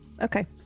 Okay